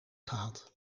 gehad